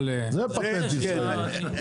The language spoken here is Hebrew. זה פטנט ישראלי,